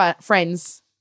friends